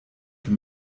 für